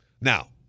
now